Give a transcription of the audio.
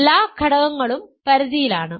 എല്ലാ ഘടകങ്ങളും പരിധിയിലാണ്